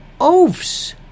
oafs